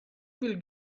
will